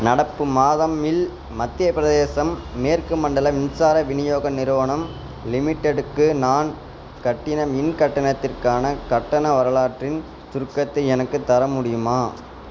நடப்பு மாதமில் மத்திய பிரதேசம் மேற்கு மண்டல மின்சார விநியோக நிறுவனம் லிமிடெட்க்கு நான் கட்டின மின் கட்டணத்திற்கான கட்டண வரலாற்றின் சுருக்கத்தை எனக்குத் தர முடியுமா